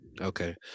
Okay